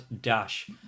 dash